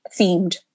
themed